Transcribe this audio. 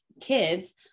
kids